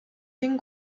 den